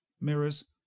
mirrors